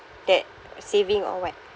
that saving or what